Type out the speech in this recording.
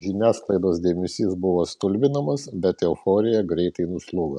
žiniasklaidos dėmesys buvo stulbinamas bet euforija greitai nuslūgo